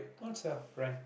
not sell rent